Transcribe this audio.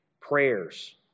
prayers